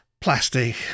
plastic